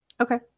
okay